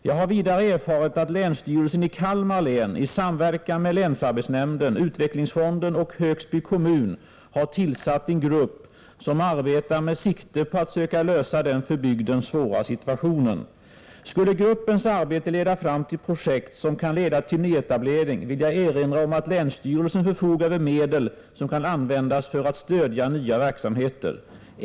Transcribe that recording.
Jag har vidare erfarit att länsstyrelsen i Kalmar län i samverkan med länsarbetsnämnden, utvecklingsfonden och Högsby kommun har tillsatt en grupp som arbetar med sikte på att söka lösa den för bygden svåra situationen. Skulle gruppens arbete leda fram till projekt som kan leda till nyetablering vill jag erinra om att länsstyrelsen förfogar över medel som kan användas för att stödja nya verksamheter.